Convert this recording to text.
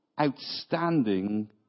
outstanding